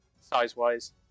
Size-wise